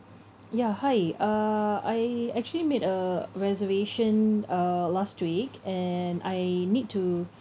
ya hi uh I actually made a reservation uh last week and I need to